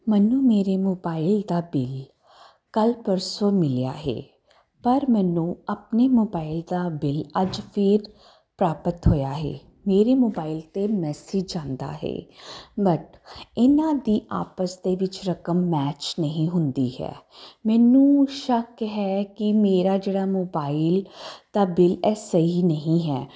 ਮੈਨੂੰ ਮੇਰੇ ਮੋਬਾਈਲ ਦਾ ਬਿੱਲ ਕੱਲ੍ਹ ਪਰਸੋਂ ਮਿਲਿਆ ਹੈ ਪਰ ਮੈਨੂੰ ਆਪਣੇ ਮੋਬਾਈਲ ਦਾ ਬਿੱਲ ਅੱਜ ਫਿਰ ਪ੍ਰਾਪਤ ਹੋਇਆ ਹੈ ਮੇਰੇ ਮੋਬਾਈਲ 'ਤੇ ਮੈਸੇਜ ਜਾਂਦਾ ਹੈ ਬਟ ਇਹਨਾਂ ਦੀ ਆਪਸ ਦੇ ਵਿੱਚ ਰਕਮ ਮੈਚ ਨਹੀਂ ਹੁੰਦੀ ਹੈ ਮੈਨੂੰ ਸ਼ੱਕ ਹੈ ਕਿ ਮੇਰਾ ਜਿਹੜਾ ਮੋਬਾਈਲ ਦਾ ਬਿਲ ਇਹ ਸਹੀ ਨਹੀਂ ਹੈ